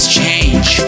change